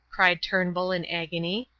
cried turnbull, in agony.